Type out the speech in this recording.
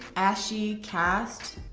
ashy cast,